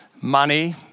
money